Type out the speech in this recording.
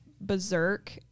berserk